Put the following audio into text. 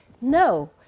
No